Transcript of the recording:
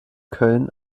köln